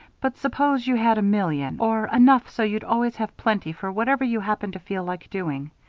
but suppose you had a million or enough so you'd always have plenty for whatever you happened to feel like doing.